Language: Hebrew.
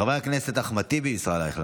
חברי הכנסת אחמד טיבי וישראל אייכלר,